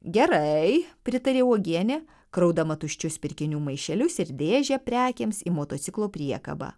gerai pritarė uogienė kraudama tuščius pirkinių maišelius ir dėžę prekėms į motociklo priekabą